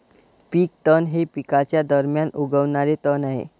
पीक तण हे पिकांच्या दरम्यान उगवणारे तण आहे